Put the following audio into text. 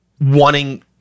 wanting